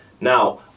Now